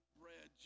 bread